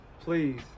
Please